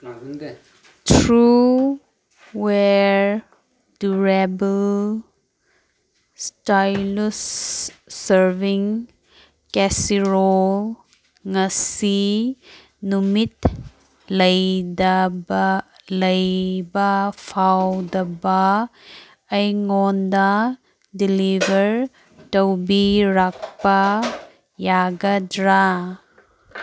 through ꯋꯦꯌꯔ durable stylish serving casserole ꯉꯁꯤ ꯅꯨꯃꯤꯠ ꯂꯩꯕ ꯐꯥꯎꯕꯗ ꯑꯩꯉꯣꯟꯗ ꯗꯤꯂꯤꯚꯔ ꯇꯧꯕꯤꯔꯛꯄ ꯌꯥꯒꯗ꯭ꯔ